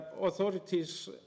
authorities